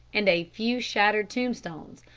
and a few shattered tombstones,